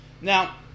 Now